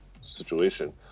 situation